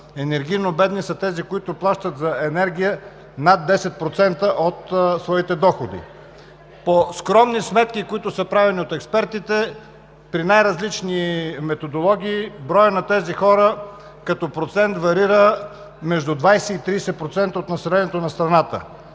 енергийно бедни са тези, които плащат за енергия над 10% от своите доходи. По скромни сметки, които са правени от експертите при най-различни методологии, броят на тези хора като процент варира между 20 и 30% от населението на страната.